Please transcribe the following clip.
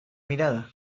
mirada